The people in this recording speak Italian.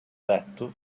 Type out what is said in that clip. detto